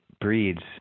breeds